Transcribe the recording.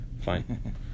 Fine